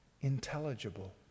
intelligible